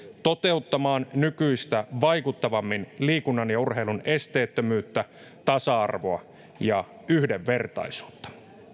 toteuttamaan nykyistä vaikuttavammin liikunnan ja urheilun esteettömyyttä tasa arvoa ja yhdenvertaisuutta